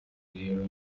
rero